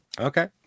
okay